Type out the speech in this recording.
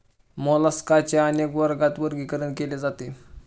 मोलास्काचे अनेक वर्गात वर्गीकरण केले जाते